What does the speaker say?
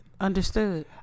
understood